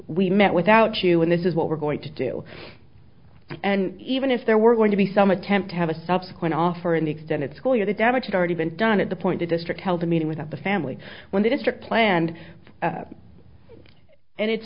we met without you and this is what we're going to do and even if there were going to be some attempt to have a subsequent offer an extended school year the damage had already been done at the point the district held a meeting with the family when the district planned and it's